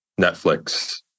Netflix